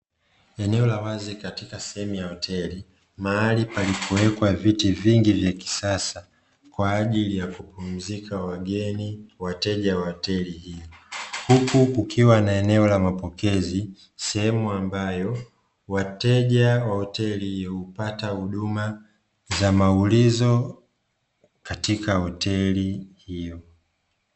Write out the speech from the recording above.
Eneo la wazi katika sehemu ya hoteli mahali palipowekwa viti vingi vya kisasa kwajili ya kupumzika wageni wateja wa hoteli hiyo huku kukiwa na eneo la mapokezi, sehemu ambayo wateja wa hoteli hiyo hupata huduma za maulizo katika hoteli hiyo.